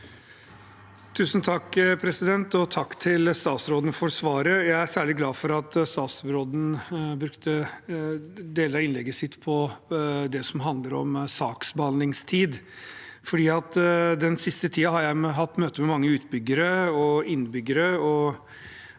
Kapur (H) Takk til statsråden for svaret. Jeg er særlig glad for at statsråden brukte deler av innlegget sitt på det som handler om saksbehandlingstid, for den siste tiden har jeg hatt møter med mange utbyggere, innbyggere